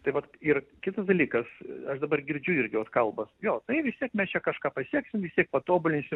tai vat ir kitas dalykas aš dabar girdžiu irgi vat kalbas jo tai vis tiek mes čia kažką pasieksim vis tiek patobulinsim